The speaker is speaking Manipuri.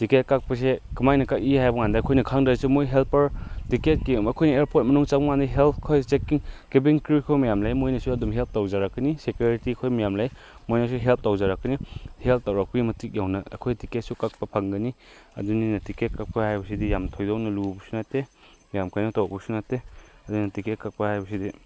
ꯇꯤꯀꯦꯠ ꯀꯛꯄꯁꯦ ꯀꯃꯥꯏꯅ ꯀꯛꯏ ꯍꯥꯏꯕ ꯀꯥꯟꯗ ꯑꯩꯈꯣꯏꯅ ꯈꯪꯗ꯭ꯔꯁꯨ ꯃꯣꯏ ꯍꯦꯜꯄꯔ ꯇꯤꯀꯦꯠꯀꯤ ꯃꯈꯣꯏꯅ ꯑꯦꯌꯥꯔꯄꯣꯔꯠ ꯃꯅꯨꯡ ꯆꯪꯕ ꯀꯥꯟꯗ ꯍꯦꯜꯞ ꯈꯣꯏ ꯆꯦꯛꯀꯤꯡ ꯀꯦꯕꯤꯟ ꯀ꯭ꯔꯤꯎ ꯈꯣꯏ ꯃꯌꯥꯝ ꯂꯩ ꯃꯣꯏꯅꯁꯨ ꯑꯗꯨꯝ ꯍꯦꯜꯞ ꯇꯧꯖꯔꯛꯀꯅꯤ ꯁꯦꯀ꯭ꯌꯨꯔꯤꯇꯤ ꯈꯣꯏ ꯃꯌꯥꯝ ꯂꯩ ꯃꯣꯏꯅꯁꯨ ꯍꯦꯜꯞ ꯇꯧꯖꯔꯛꯀꯅꯤ ꯍꯦꯜꯞ ꯇꯧꯔꯛꯄꯒꯤ ꯃꯇꯤꯛ ꯌꯧꯅ ꯑꯩꯈꯣꯏ ꯇꯤꯀꯦꯠꯁꯨ ꯀꯛꯄ ꯐꯪꯒꯅꯤ ꯑꯗꯨꯅꯤꯅ ꯇꯤꯀꯦꯠ ꯀꯛꯄ ꯍꯥꯏꯕꯁꯤꯗꯤ ꯌꯥꯝ ꯊꯣꯏꯗꯣꯛꯅ ꯂꯨꯕꯁꯨ ꯅꯠꯇꯦ ꯌꯥꯝ ꯀꯩꯅꯣ ꯇꯧꯕꯁꯨ ꯅꯠꯇꯦ ꯑꯗꯨꯅ ꯇꯤꯀꯦꯠ ꯀꯛꯄ ꯍꯥꯏꯕꯁꯤꯗꯤ